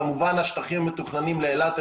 כמובן השטחים המתוכננים לאלעד,